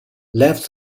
left